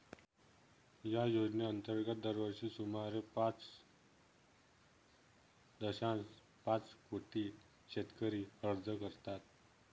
या योजनेअंतर्गत दरवर्षी सुमारे पाच दशांश पाच कोटी शेतकरी अर्ज करतात